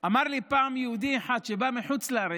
אמר לי פעם יהודי אחד שבא מחוץ לארץ,